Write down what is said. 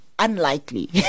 unlikely